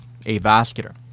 avascular